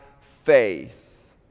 faith